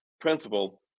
principle